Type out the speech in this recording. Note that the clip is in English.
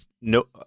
no